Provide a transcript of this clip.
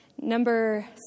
Number